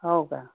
हो का